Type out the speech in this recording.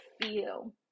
feel